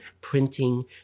printing